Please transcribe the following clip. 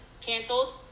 Canceled